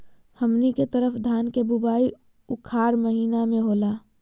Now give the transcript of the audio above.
हमनी के तरफ धान के बुवाई उखाड़ महीना में होला